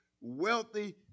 wealthy